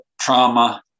trauma